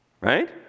Right